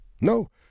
No